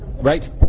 Right